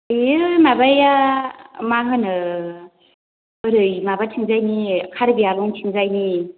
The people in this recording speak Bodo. बियो माबाया मा होनो ओरै माबा थिंजायनि कार्बिआलं थिंजायनि